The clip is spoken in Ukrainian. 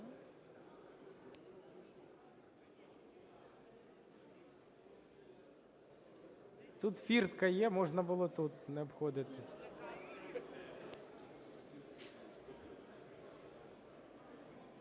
(Тут фіртка є, можна було тут, не обходити).